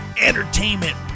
entertainment